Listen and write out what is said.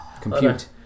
Compute